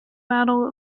battle